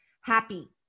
happy